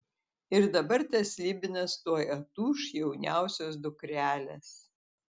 ir dabar tas slibinas tuoj atūš jauniausios dukrelės